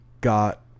got